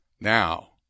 Now